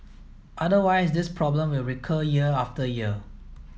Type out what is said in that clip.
otherwise this problem will recur year after year